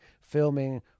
filming